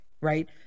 right